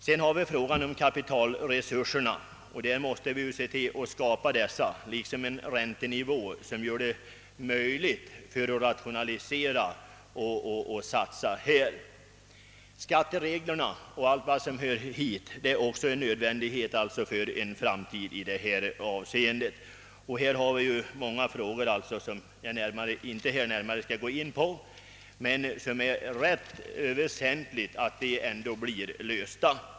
Det måste vidare finnas kapitalresurser liksom en räntenivå som gör det möjligt att satsa på rationalisering. En översyn av skattereglerna och allt som hör dit är också nödvändig för att trygga jordbrukets framtid. På detta område finns det många frågor — jag skall dock inte gå närmare in på dem — som det är rätt väsentligt att lösa.